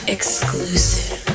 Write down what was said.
Exclusive